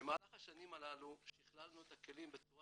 במהלך השנים הללו שיכללנו את הכלים בצורה